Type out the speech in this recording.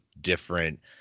different